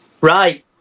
Right